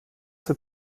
zur